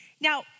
Now